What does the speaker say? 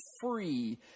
free